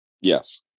yes